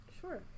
sure